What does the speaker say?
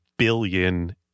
billion